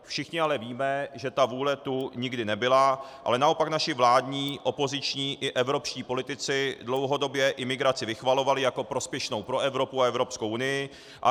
Všichni ale víme, že ta vůle tu nikdy nebyla, ale naopak naši vládní opoziční i evropští politici dlouhodobě imigraci vychvalovali jako prospěšnou pro Evropu a Evropskou unii.